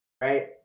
Right